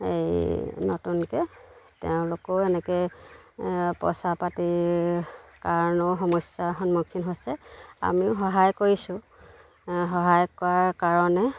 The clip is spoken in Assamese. এই নতুনকৈ তেওঁলোকেও এনেকৈ পইছা পাতিৰ কাৰণেও সমস্যাৰ সন্মুখীন হৈছে আমিও সহায় কৰিছোঁ সহায় কৰাৰ কাৰণে